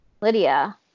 Lydia